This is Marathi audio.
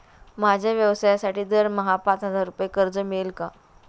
माझ्या व्यवसायासाठी दरमहा पाच हजार रुपये कर्ज मिळेल का?